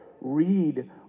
read